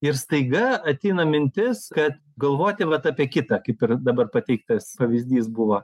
ir staiga ateina mintis kad galvoti vat apie kitą kaip ir dabar pateiktas pavyzdys buvo